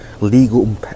legal